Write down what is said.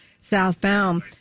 southbound